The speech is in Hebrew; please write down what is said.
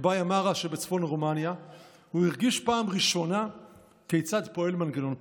בבאיה מארה שבצפון רומניה הוא הרגיש בפעם הראשונה כיצד פועל מנגנון פחד.